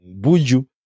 Buju